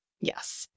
Yes